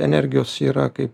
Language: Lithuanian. energijos yra kaip